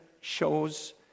shows